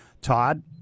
todd